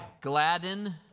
Gladden